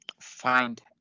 find